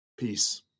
Peace